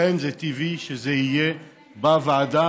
זה טבעי שזה יהיה בוועדה,